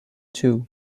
two